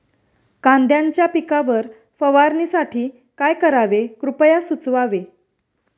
कांद्यांच्या पिकावर फवारणीसाठी काय करावे कृपया सुचवावे